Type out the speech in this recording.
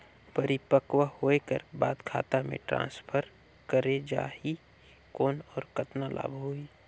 परिपक्व होय कर बाद खाता मे ट्रांसफर करे जा ही कौन और कतना लाभ होही?